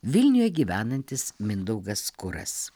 vilniuje gyvenantis mindaugas kuras